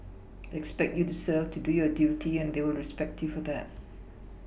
expect you to serve to do your duty and they will respect you for that